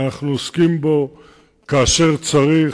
אנחנו עוסקים בו כאשר צריך,